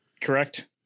Correct